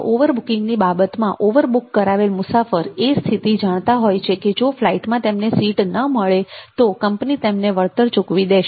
overbooking ની બાબતમાં overbook કરાવેલ મુસાફર એ સ્થિતિ જાણતા હોય છે કે જો ફ્લાઈટમાં તેમને સીટ ન મળે તો કંપની તેમને વળતર ચૂકવી દેશે